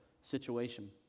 situation